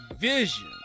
vision